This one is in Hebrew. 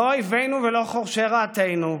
לא אויבינו ולא חורשי רעתנו.